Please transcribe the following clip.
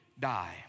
die